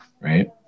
right